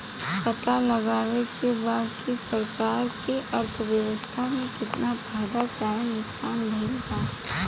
पता लगावे के बा की सरकार के अर्थव्यवस्था में केतना फायदा चाहे नुकसान भइल बा